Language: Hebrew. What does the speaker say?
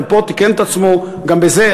בסדר, גם פה, תיקן את עצמו גם בזה.